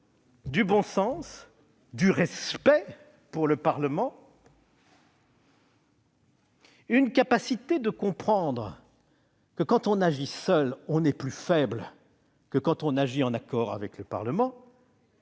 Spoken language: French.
Du bon sens, du respect pour le Parlement, une capacité de comprendre que, quand on agit seul, on est plus faible que quand on agit en accord avec le Parlement